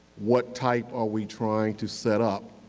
what type are we trying to set up?